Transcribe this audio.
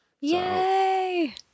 Yay